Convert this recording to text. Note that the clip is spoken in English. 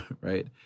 right